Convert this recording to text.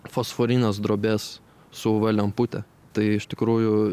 fosforinės drobės su uv lempute tai iš tikrųjų